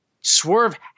Swerve